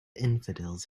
infidels